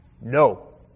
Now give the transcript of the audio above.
No